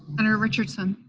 senator richardson?